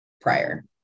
prior